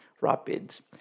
rapids